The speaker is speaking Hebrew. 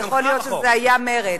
אז יכול להיות שזו היתה מרצ.